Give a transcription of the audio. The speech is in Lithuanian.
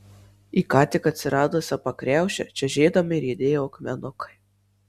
į ką tik atsiradusią pakriaušę čežėdami riedėjo akmenukai